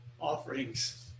offerings